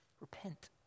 Repent